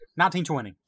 1920